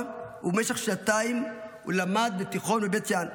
ובמשך שנתיים הוא למד בתיכון בבית שאן.